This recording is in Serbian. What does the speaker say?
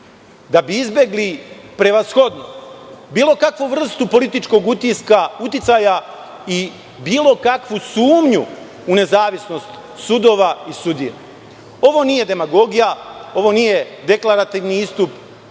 da bi izbegli, prevashodno, bilo kakvu vrstu političkog uticaja i bilo kakvu sumnju u nezavisnost sudova i sudija. Ovo nije demagogija, ovo nije deklarativni istup.